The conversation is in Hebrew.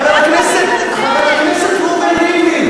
חבר הכנסת רובי ריבלין,